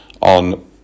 on